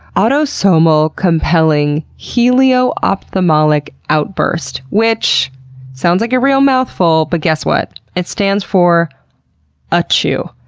autosomal compelling helio-ophthalmic outburst which sounds like a real mouthful but guess what, it stands for achoo.